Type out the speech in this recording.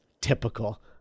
Typical